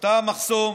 אתה המחסום